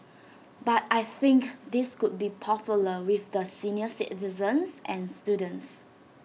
but I think this could be popular with the senior citizens and students